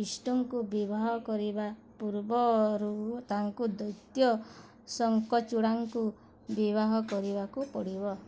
ବିଷ୍ଣୁଙ୍କୁ ବିବାହ କରିବା ପୂର୍ବରୁ ତାଙ୍କୁ ଦୈତ୍ୟ ଶଙ୍କଚୁଡ଼ାଙ୍କୁ ବିବାହ କରିବାକୁ ପଡ଼ିବ